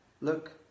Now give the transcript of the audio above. Look